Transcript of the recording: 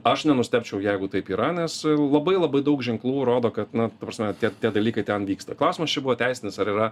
aš nenustebčiau jeigu taip yra nes labai labai daug ženklų rodo kad na ta prasme tie dalykai ten vyksta klausimas čia buvo teisinis ar yra